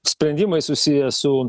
sprendimai susiję su